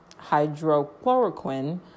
hydrochloroquine